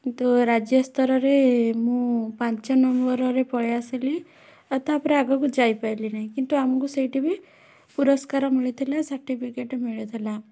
କିନ୍ତୁ ରାଜ୍ୟ ସ୍ତରରେ ମୁଁ ପାଞ୍ଚ ନମ୍ବରରେ ପଳେଇ ଆସିଲି ଆଉ ତା'ପରେ ଆଗକୁ ଯାଇପାରିଲି ନାହିଁ କିନ୍ତୁ ଆମକୁ ସେଇଠି ବି ପୁରଷ୍କାର ମିଳିଥିଲା ସାର୍ଟିଫିକେଟ୍ ମିଳିଥିଲା